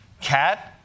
Cat